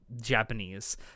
Japanese